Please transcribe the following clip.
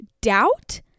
doubt